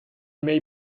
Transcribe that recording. may